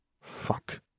Fuck